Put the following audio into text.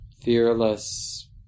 fearless